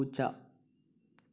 പൂച്ച